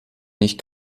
nicht